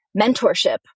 mentorship